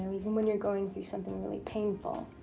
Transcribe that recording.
um even when you're going through something really painful.